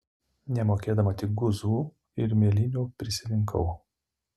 nemokėdama tik guzų ir mėlynių prisirinkau